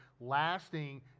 lasting